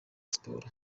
siporo